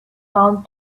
found